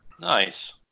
Nice